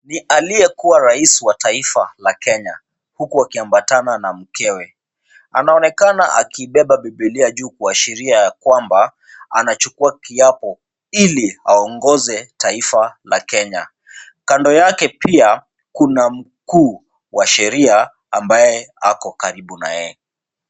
Ni aliyekuwa rais la taifa la Kenya, huku kiambatana na mkewe. Anaonekana akiibeba bibilia juu kuashiria ya kwamba, anachukua kiapo ili aongoze taifa la Kenya. Kando yake pia kuna mkuu wa sheria ambaye ako karibu na yeye.